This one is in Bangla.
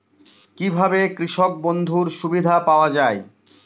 কি ভাবে কৃষক বন্ধুর সুবিধা পাওয়া য়ায়?